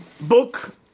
book